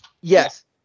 Yes